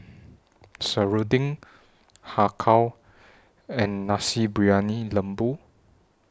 Serunding Har Kow and Nasi Briyani Lembu